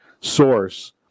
source